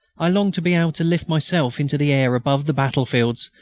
i longed to be able to lift myself into the air above the battlefields,